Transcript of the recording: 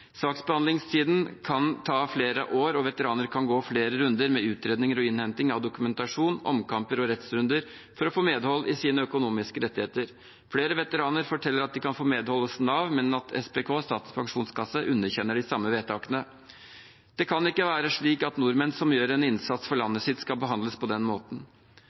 kan ta flere år, og veteraner kan gå flere runder med utredninger, innhenting av dokumentasjon, omkamper og rettsrunder for å få medhold i sine økonomiske rettigheter. Flere veteraner forteller at de kan få medhold hos Nav, men at SPK, Statens pensjonskasse, underkjenner de samme vedtakene. Det kan ikke være slik at nordmenn som gjør en innsats for landet sitt, skal behandles på den måten.